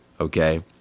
okay